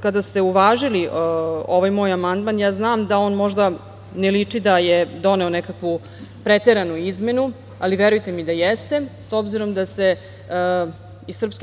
kada ste uvažili ovaj moj amandman, ja znam da on možda ne liči da je doneo nekakvu preteranu izmenu, ali verujte mi da jeste, s obzirom da se iz SNS